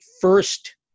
first